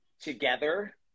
together